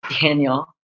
Daniel